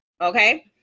Okay